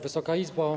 Wysoka Izbo!